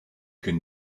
can